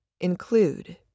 include